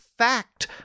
fact